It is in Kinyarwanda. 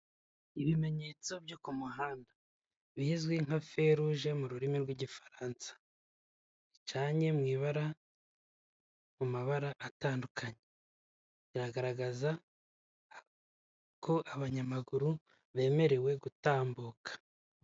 Ibimenyetso byo ku muhanda bizwi nka fe ruje mu rurimi rw'igifaransa. Bicanye mu ibara, mu mabara atandukanye biragaragaza ko abanyamaguru bemerewe gutambuka.